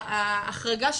ההחרגה,